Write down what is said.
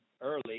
early